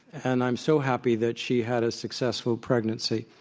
and i'm so happy that she had a successful pregnancy.